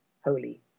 holy